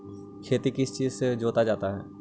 खेती किस चीज से जोता जाता है?